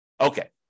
Okay